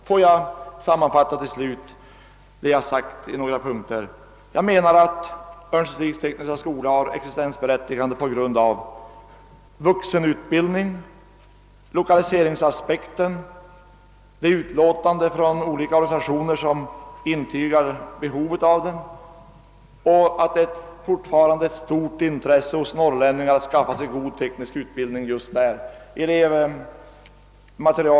Låt mig till slut sammanfatta det jag sagt i några punkter. Jag anser att Örnsköldsviks tekniska skola har existensberättigande på grund av att den ombesörjer vuxenutbildning och med hänsyn till lokaliseringsaspekten, till utlåtandet från olika organisationer som intygar behovet av den samt till att det fortfarande finns stort intresse hos norrlänningar för att skaffa sig god teknisk utbildning just vid denna skola.